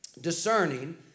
discerning